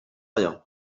rien